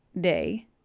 day